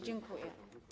Dziękuję.